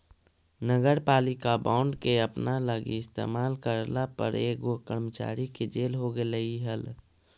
नगरपालिका बॉन्ड के अपना लागी इस्तेमाल करला पर एगो कर्मचारी के जेल हो गेलई हल